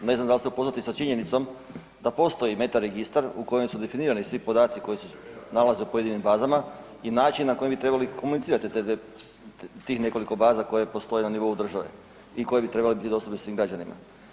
Ne znam da li ste upoznati sa činjenicom da postoji …/nerazumljivo/… registar u kojem su definirani svi podaci koji se nalaze u pojedinim fazama i način na koji bi trebali komunicirati tih nekoliko baza koje postoje na nivou države i koje bi trebale biti dostupne svim građanima.